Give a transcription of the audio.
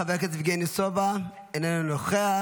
חבר הכנסת יבגני סובה, אינו נוכח.